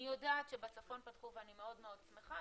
אני יודעת שבצפון פתחו ואני מאוד מאוד שמחה,